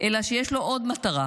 אלא שיש לו עוד מטרה,